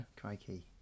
crikey